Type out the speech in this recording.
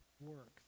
work